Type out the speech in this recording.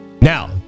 Now